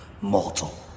mortal